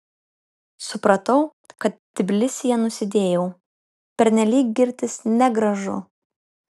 supratau kad tbilisyje nusidėjau pernelyg girtis negražu